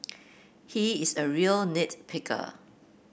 he is a real nit picker